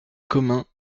commun